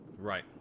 Right